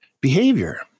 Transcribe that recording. behavior